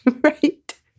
Right